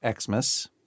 Xmas